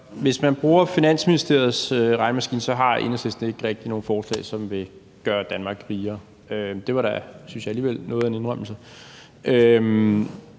hvis man bruger Finansministeriets regnemaskine, har Enhedslisten ikke rigtig nogen forslag, som vil gøre Danmark rigere. Det synes jeg da alligevel var noget af en indrømmelse.